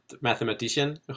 mathematician